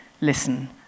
listen